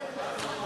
מקבל.